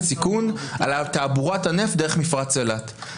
סיכון על תעבורת הנפט דרך מפרץ אילת.